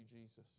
Jesus